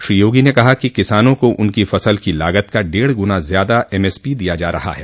श्री योगी ने कहा कि किसानों को उनकी फसल की लागत का डेढ़ गुना ज्यादा एमएसपी दिया जा रहा है